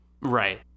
Right